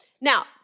Now